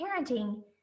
parenting